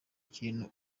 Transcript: kintu